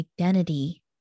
identity